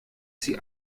sie